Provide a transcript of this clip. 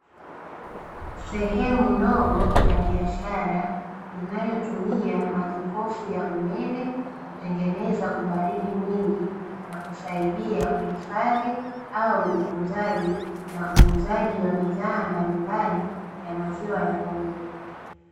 Sehemu ndogo ya biashara, inayotumia majokofu ya umeme, kutengeneza ubaridi mwingi na kusaidia uhifadhi au utunzaji na uuzaji wa bidhaa mbalimbali za maziwa ya ng’ombe.